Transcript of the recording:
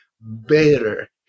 better